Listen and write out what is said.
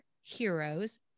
Heroes